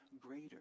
greater